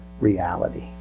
reality